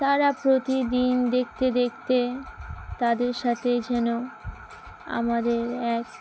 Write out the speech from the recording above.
তারা প্রতিদিন দেখতে দেখতে তাদের সাথেই যেন আমাদের এক